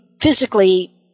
physically